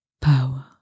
power